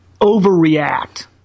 overreact